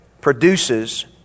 produces